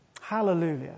hallelujah